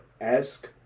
ask